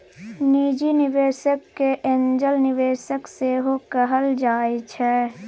निजी निबेशक केँ एंजल निबेशक सेहो कहल जाइ छै